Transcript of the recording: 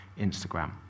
Instagram